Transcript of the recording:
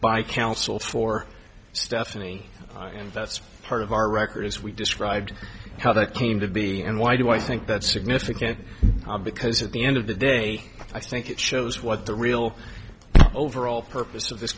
by counsel for stephanie and that's part of our record as we described how that came to be and why do i think that's significant because at the end of the day i think it shows what the real overall purpose of this